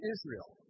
Israel